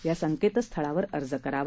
या संकेतस्थळावर अर्ज करावा